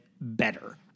better